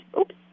Oops